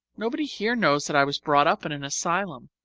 nobody here knows that i was brought up in an asylum.